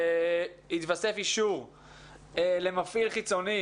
התווסף אישור למפעיל חיצוני